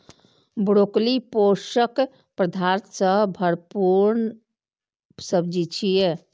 broccoli पोषक पदार्थ सं भरपूर सब्जी छियै